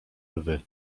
lwy